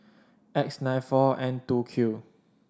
V nine four N two Q